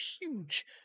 huge